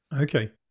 Okay